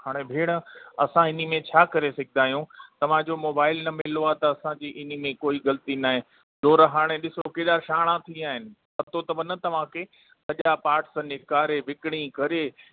हाणे भेण असां हिन ई में छा करे सघंदा आहियूं तव्हांजो मोबाइल न मिलो आहे त असांजी हिन में कोई ग़लति नाहे तौरु हाणे ॾिसो कहिॾा शाणा थी विया आहिनि पतो अथव न तव्हांखे सॼा पाट्स निकारे विकिड़ी करे